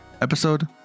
episode